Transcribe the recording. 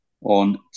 on